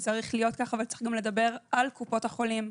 וצריך גם לדבר על קופות החולים.